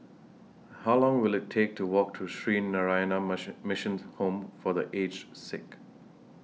How Long Will IT Take to Walk to Sree Narayana Mission Mission's Home For The Aged Sick